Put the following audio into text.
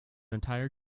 entire